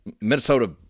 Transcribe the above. Minnesota